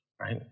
right